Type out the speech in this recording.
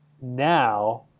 now